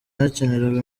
hakenerwa